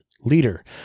leader